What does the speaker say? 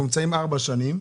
מאז חלפו ארבע שנים.